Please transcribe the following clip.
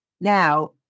Now